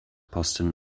posten